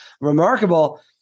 remarkable